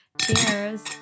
Cheers